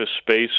space